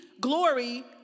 glory